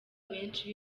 benshi